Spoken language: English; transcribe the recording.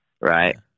right